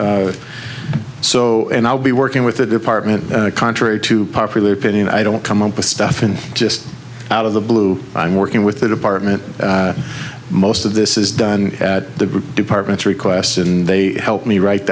so i'll be working with the department contrary to popular opinion i don't come up with stuff and just out of the blue i'm working with the department most of this is done at the department's request and they help me write